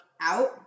out